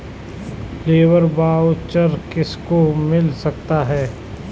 Labour voucher किसको मिल सकता है?